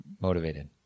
motivated